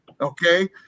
Okay